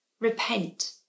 Repent